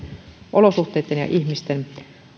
olosuhteitten ja ihmisten